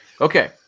Okay